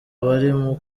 abarimu